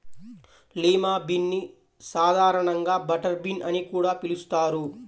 lima bean ని సాధారణంగా butter bean అని కూడా పిలుస్తారు